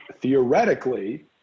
Theoretically